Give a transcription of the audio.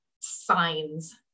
signs